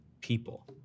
people